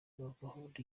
gukunda